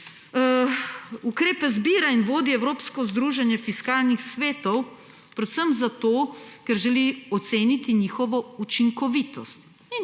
Ukrepe zbira in vodi evropsko združenje fiskalnih svetov, predvsem zato, ker želi oceniti njihovo učinkovitost.